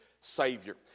Savior